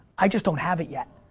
i just don't have it yet.